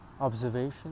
Observation